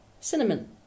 cinnamon